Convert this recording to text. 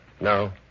No